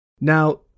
Now